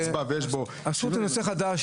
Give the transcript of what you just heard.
הזכות לנושא חדש,